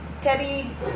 Teddy